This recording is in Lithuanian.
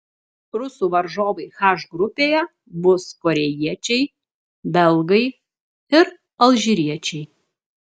rusų varžovai h grupėje bus korėjiečiai belgai ir alžyriečiai